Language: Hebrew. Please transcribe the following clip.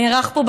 נערך פה,